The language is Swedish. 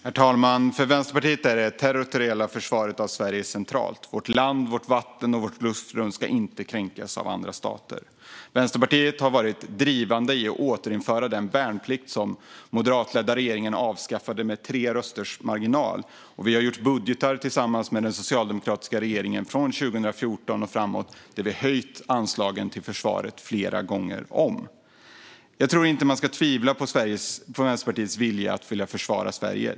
Herr talman! För Vänsterpartiet är det territoriella försvaret av Sverige centralt. Vårt land, vårt vatten och vårt luftrum ska inte kränkas av andra stater. Vänsterpartiet har varit drivande i att återinföra den värnplikt som den moderatledda regeringen avskaffade med tre rösters marginal. Vi har gjort budgetar tillsammans med den socialdemokratiska regeringen från 2014 och framåt där vi höjt anslagen till försvaret flera gånger om. Man ska inte tvivla på Vänsterpartiets vilja att försvara Sverige.